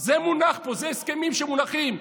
זה מונח פה, זה הסכמים שמונחים.